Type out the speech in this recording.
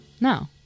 No